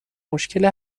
مشکل